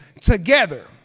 together